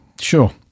Sure